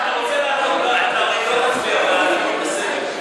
אתה הרי לא תצביע בעד, הכול בסדר.